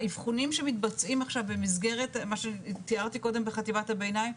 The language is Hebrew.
האבחונים שמתבצעים עכשיו במסגרת מה שתיארתי קודם בחטיבת הביניים,